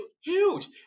Huge